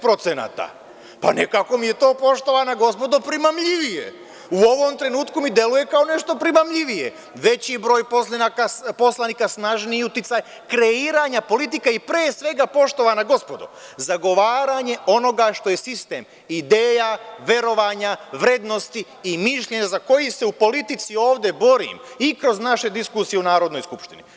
Pa, nekako mi je to, poštovana gospodo, primamljivije, u ovom trenutku mi deluje, kao nešto primamljivije, veći broj poslanika, snažniji uticaj, kreiranja, politika i pre svega, poštovana gospodo, zagovaranje onoga što je sistem, ideja verovanja vrednosti i mišljenje za koji se u politici ovde borim i kroz naše diskusije u Narodnoj skupštini.